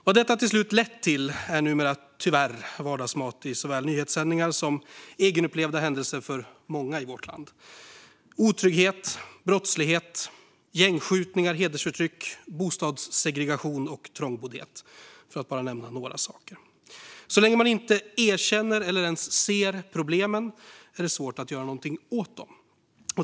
Vad detta till slut har lett till är numera tyvärr vardagsmat i såväl nyhetssändningar som egenupplevda händelser för många i vårt land: otrygghet, brottslighet, gängskjutningar, hedersförtryck, bostadssegregation och trångboddhet, för att bara nämna några saker. Så länge man inte erkänner eller ens ser problemen är det svårt att göra något åt dem.